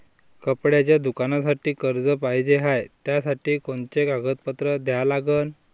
कपड्याच्या दुकानासाठी कर्ज पाहिजे हाय, त्यासाठी कोनचे कागदपत्र द्या लागन?